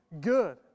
good